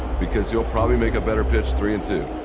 because he'll probably make a better pitch three and two.